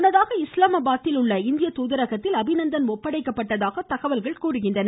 முன்னதாக இஸ்லாமாபாதில் உள்ள இந்திய தூதரகத்தில் அபிநந்தன் ஒப்படைக்கப்பட்டதாக தகவல்கள் தெரிவிக்கின்றன